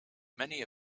many